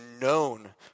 known